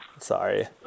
Sorry